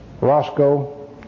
Roscoe